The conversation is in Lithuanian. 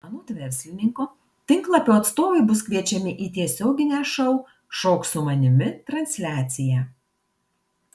anot verslininko tinklapio atstovai bus kviečiami į tiesioginę šou šok su manimi transliaciją